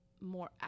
more